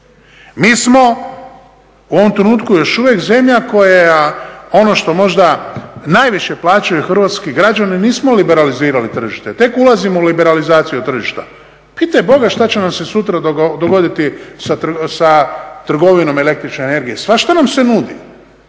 Mi smo u ovom trenutku još uvijek zemlja koja ono što možda najviše plaćaju hrvatski građani nismo liberalizirali tržište, tek ulazimo u liberalizaciju tržišta. pitaj Boga šta će nam se sutra dogoditi sa trgovinom el.energije, svašta nam se nudi.